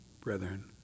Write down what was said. brethren